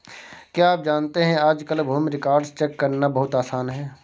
क्या आप जानते है आज कल भूमि रिकार्ड्स चेक करना बहुत आसान है?